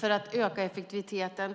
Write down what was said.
för att öka effektiviteten.